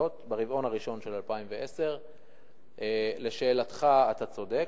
הכנסות ברבעון הראשון של 2010. לשאלתך, אתה צודק.